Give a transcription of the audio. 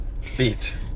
feet